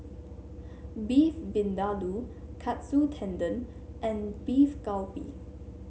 Beef Vindaloo Katsu Tendon and Beef Galbi